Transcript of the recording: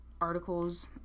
articles